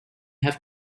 have